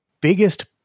Biggest